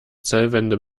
zellwände